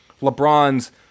LeBron's